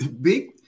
big